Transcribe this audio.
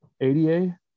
ADA